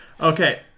okay